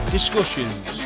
Discussions